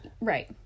Right